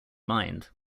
mined